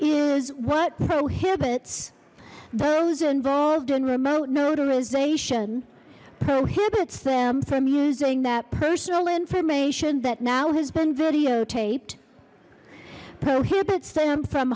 is what prohibits those involved in remote notarization prohibits them from using that personal information that now has been videotaped prohibits them from